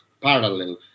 parallel